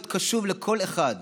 להיות קשוב לכל אחד,